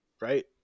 Right